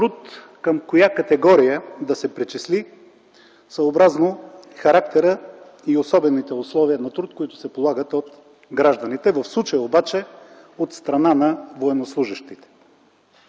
труд към коя категория да се причисли, съобразно характера и особените условия на труд, които се полагат от гражданите, в случая обаче от страна на военнослужещите.